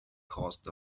caused